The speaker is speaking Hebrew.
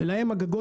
להם הגגות